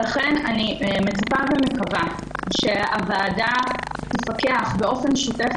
לכן אני מצפה ומקווה שהוועדה תפקח באופן שוטף